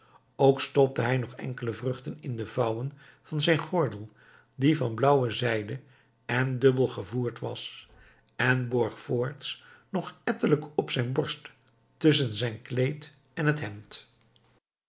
ook stopte hij nog enkele vruchten in de vouwen van zijn gordel die van blauwe zijde en dubbel gevoerd was en borg voorts nog ettelijke op zijn borst tusschen zijn kleed en het hemd